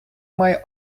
має